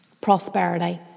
prosperity